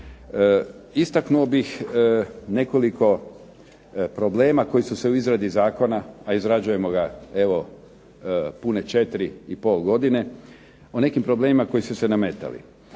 Istaknuo bih nekoliko problema koji su se u izradi zakona, a izrađujemo ga evo pune 4,5 godine, o nekim problemima koji su se nametali.